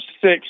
six